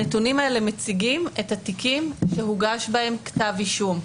הנתונים האלה מציגים את התיקים שהוגש בהם כתב אישום.